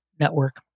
network